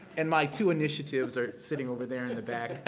and my two initiatives are sitting over there in the back,